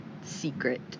secret